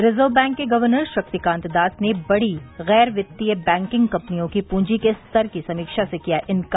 reserve bank के governor Shaktikanta Das ने बड़ी गैर वित्तीय बैंकिंग कम्पनियों की पूंजी के स्तर की समीक्षा से किया इन्कार